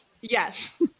Yes